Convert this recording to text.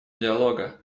диалога